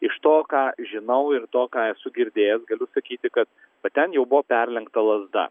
iš to ką žinau ir to ką esu girdėjęs galiu sakyti kad va ten jau buvo perlenkta lazda